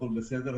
הכול בסדר.